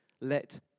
let